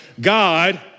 God